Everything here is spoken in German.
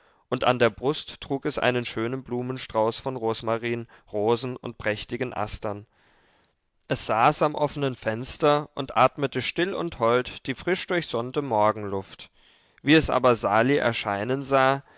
und an der brust trug es einen schönen blumenstrauß von rosmarin rosen und prächtigen astern es saß am offenen fenster und atmete still und hold die frischdurchsonnte morgenluft wie es aber sali erscheinen sah